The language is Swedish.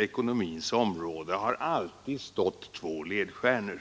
ekonomins område har det alltid funnits två ledstjärnor.